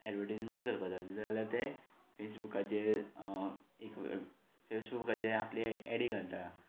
advertisement करपा जाय जाल्यार ते फेसबुकाचेर फेसबुकाचेर आपली एडी घालता